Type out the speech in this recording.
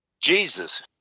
Jesus